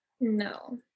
No